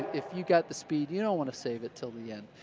if you've got the speed you don't want to save it until the end.